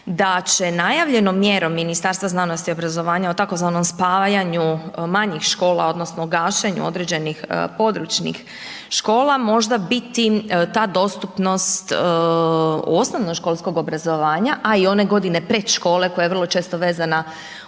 da će najavljenom mjerom Ministarstva znanosti i obrazovanja o tzv. spajanju manjih škola odnosno gašenju određenih područnih škola možda biti ta dostupnost osnovnoškolskog obrazovanja a i one godine pred škole koja je vrlo često vezana